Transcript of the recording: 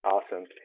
Awesome